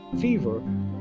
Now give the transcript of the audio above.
fever